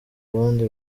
abandi